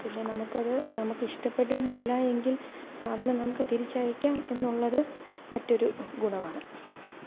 പിന്നെ നമുക്കത് നമുക്കിഷ്ടപ്പെട്ടിരുന്നില്ല എങ്കില് സാധനം നമുക്ക് തിരിച്ചയക്കാം എന്നുള്ളത് മറ്റൊരു ഗുണമാണ്